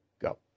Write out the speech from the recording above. go